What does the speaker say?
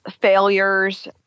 failures